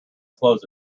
close